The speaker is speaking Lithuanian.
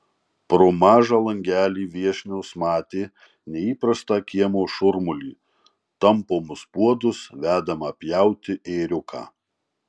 pro mažą langelį viešnios matė neįprastą kiemo šurmulį tampomus puodus vedamą pjauti ėriuką